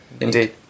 Indeed